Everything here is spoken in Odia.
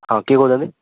ହଁ କିଏ କହୁଛନ୍ତି